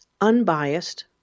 unbiased